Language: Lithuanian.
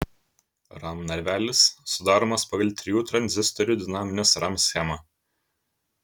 ram narvelis sudaromas pagal trijų tranzistorių dinaminės ram schemą